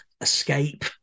escape